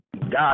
God